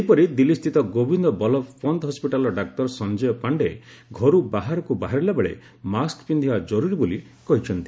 ସେହିପରି ଦିଲ୍ଲସ୍ଥିତ ଗୋବିନ୍ଦ ବଲ୍ଲଭ୍ ପନ୍ତ ହସ୍କିଟାଲ୍ର ଡାକ୍ତର ସଞ୍ଜୟ ପାଣ୍ଡେ ଘରୁ ବାହାରକୁ ବାହାରିଲାବେଳେ ମାସ୍କ ପିନ୍ଧିବା ଜରୁରୀ ବୋଲି କହିଛନ୍ତି